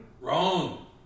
Wrong